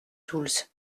tools